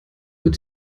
wird